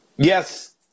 Yes